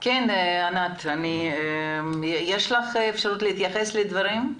ענת יש לך אפשרות להתייחס לדברים?